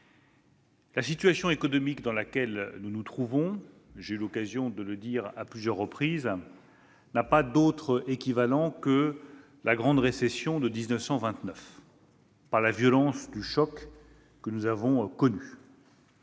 La situation économique dans laquelle nous nous trouvons- j'ai eu l'occasion de le dire à plusieurs reprises -n'a pas d'autre équivalent que la grande récession de 1929 par la violence du choc que nous avons connu.